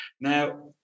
Now